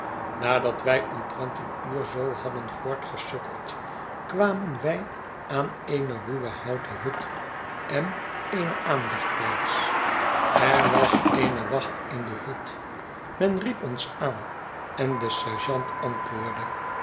nadat wij omtrent een uur zoo hadden voortgesukkeld kwamen wij aan eene ruwe houten hut en eene aanlegplaats er was eene wacht in die hut men riep ons aan en de sergeant antwoordde